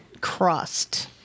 crust